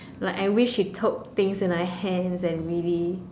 like I wish she took things in her hands and really